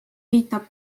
viitab